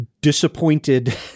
disappointed